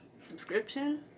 subscription